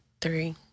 Three